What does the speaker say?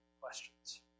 questions